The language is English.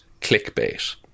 clickbait